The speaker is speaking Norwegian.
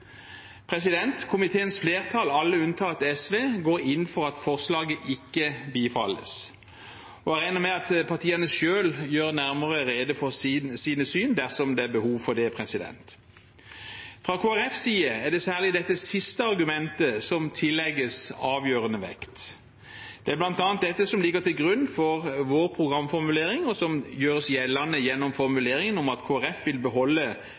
Komiteens flertall – alle unntatt SV – går inn for at forslaget ikke bifalles, og jeg regner med at partiene selv gjør nærmere rede for sine syn dersom det er behov for det. Fra Kristelig Folkepartis side er det særlig det siste argumentet som tillegges avgjørende vekt. Det er bl.a. dette som ligger til grunn for vår programformulering, og som gjøres gjeldende gjennom formuleringen om at Kristelig Folkeparti vil beholde